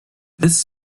this